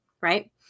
right